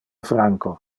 franco